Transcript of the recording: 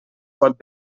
pot